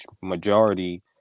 majority